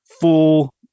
full